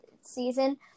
season